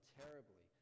terribly